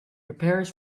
prepares